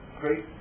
great